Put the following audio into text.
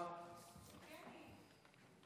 אפשר,